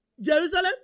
Jerusalem